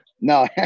no